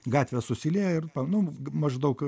gatvės susilieja ir panum maždaug